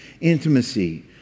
intimacy